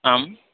आं